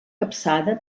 capçada